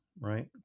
right